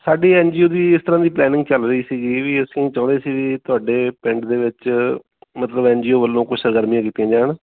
ਸਾਡੇ N G O ਦੀ ਇਸ ਤਰ੍ਹਾਂ ਦੀ ਪਲੈਨਿੰਗ ਚੱਲ ਰਹੀ ਸੀਗੀ ਵੀ ਅਸੀਂ ਚਾਹੁੰਦੇ ਸੀ ਵੀ ਤੁਹਾਡੇ ਪਿੰਡ ਦੇ ਵਿੱਚ ਮਤਲਬ ਐਨ ਜੀ ਓ ਵੱਲੋਂ ਕੁਝ ਸਰਗਰਮੀਆਂ ਕੀਤੀਆਂ ਜਾਣ